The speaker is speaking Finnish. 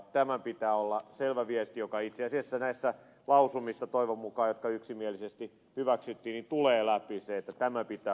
tämän pitää olla selvä viesti joka itse asiassa näissä lausumissa toivon mukaan jotka yksimielisesti hyväksyttiin tulee läpi että tämä pitää hoitaa kuntoon